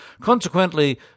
Consequently